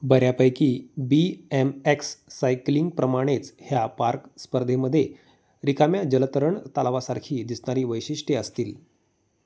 बऱ्यापैकी B M X cycling प्रमाणेच ह्या पार्क स्पर्धेमध्ये रिकाम्या जलतरण तलावासारखी दिसणारी वैशिष्ट्ये असतील